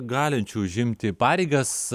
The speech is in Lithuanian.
galinčių užimti pareigas